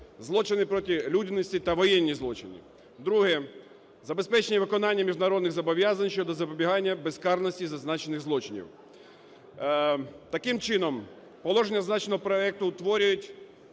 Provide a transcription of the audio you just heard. злочини проти людяності та воєнні злочини. Друге – забезпечення виконання міжнародних зобов'язань щодо запобігання безкарності зазначених злочинів. Таким чином, положення зазначеного проекту утворюють